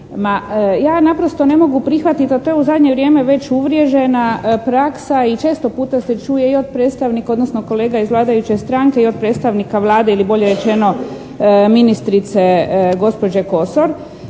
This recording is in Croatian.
ja naprosto ne mogu prihvatiti, a to je u zadnje vrijeme već uvriježena praksa i često puta se čuje i od predstavnika, odnosno kolega iz vladajuće stranke i od predstavnika Vlade ili bolje rečeno ministrice gospođe Kosor,